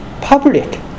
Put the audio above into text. public